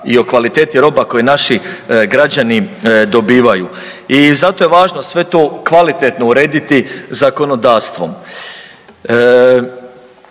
i o kvaliteti roba koji naši građani dobivaju. I zato je važno sve to kvalitetno urediti zakonodavstvom.